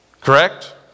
Correct